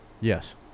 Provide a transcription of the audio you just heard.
Yes